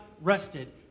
rested